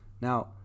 Now